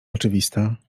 oczywista